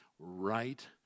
Right